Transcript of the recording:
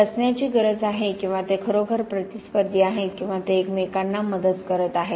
ते असण्याची गरज आहे किंवा ते खरोखर प्रतिस्पर्धी आहेत किंवा ते एकमेकांना मदत करत आहेत